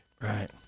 Right